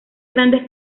grandes